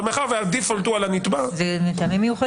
אבל מאחר שהדיפולט הוא על הנתבע -- זה "מטעמים מיוחדים".